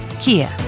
Kia